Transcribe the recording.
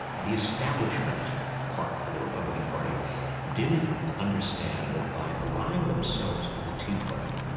the establishment part of the republican party didn't understand that by allying themselves with the tea party,